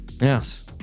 Yes